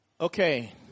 Okay